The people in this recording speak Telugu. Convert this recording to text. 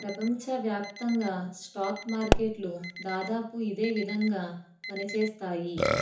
ప్రపంచవ్యాప్తంగా స్టాక్ మార్కెట్లు దాదాపు ఇదే విధంగా పనిచేస్తాయి